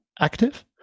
active